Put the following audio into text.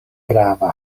grava